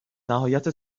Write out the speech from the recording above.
نهایت